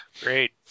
great